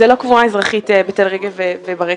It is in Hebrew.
זה לא קבורה אזרחית בתל רגב ובברקת.